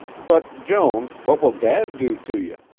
but, joan, what will dad do to you?